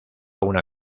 una